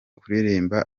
kuririmba